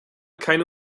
keine